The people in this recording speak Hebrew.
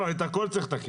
לא, את הכל צריך לתקן.